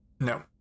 No